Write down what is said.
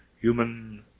human